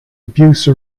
abuse